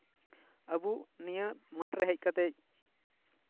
ᱟᱵᱚ ᱱᱤᱭᱟᱹ ᱢᱟᱴᱷ ᱨᱮ ᱦᱮᱡ ᱠᱟᱛᱮᱜ